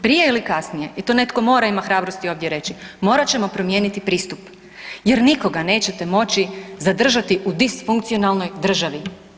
Prije ili kasnije i to netko mora imati hrabrosti ovdje reći, morat ćemo promijeniti pristup jer nikoga nećete moći zadržati u disfunkcionalnoj državi.